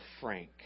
Frank